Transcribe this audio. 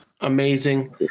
amazing